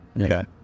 Okay